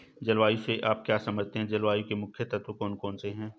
जलवायु से आप क्या समझते हैं जलवायु के मुख्य तत्व कौन कौन से हैं?